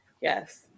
yes